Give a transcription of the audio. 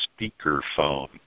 speakerphone